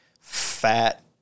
fat